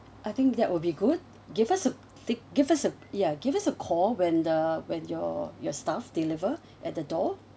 I think that will be good give us a give us a ya give us a call when the when your your staff deliver at the door